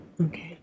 Okay